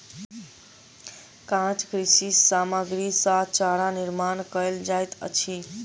काँच कृषि सामग्री सॅ चारा निर्माण कयल जाइत अछि